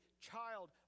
child